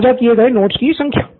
साझा किए गए नोट्स की संख्या